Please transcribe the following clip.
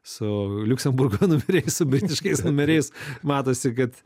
su liuksemburgo numeriais su britiškais numeriais matosi kad